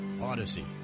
Odyssey